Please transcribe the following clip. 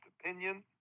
opinion